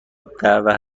الدعوه